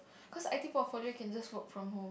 cause i_t portfolio you can just work from home